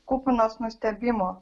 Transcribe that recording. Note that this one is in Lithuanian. kupinos nustebimo